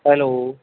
hello